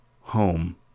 Home